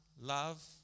love